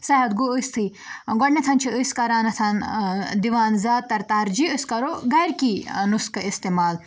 صحت گوٚو أسۍتھٕے گۄڈٕنٮ۪تھ چھِ أسۍ کَران اَتھ دِوان زیادٕ تَر تَرجیح أسۍ کَرو گَرکی نُسخہٕ اِستعمال